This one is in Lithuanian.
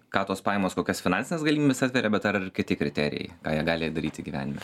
ką tos pajamos kokias finansines galimybes atveria bet ar ir kiti kriterijai ką jie gali daryti gyvenime